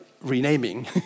renaming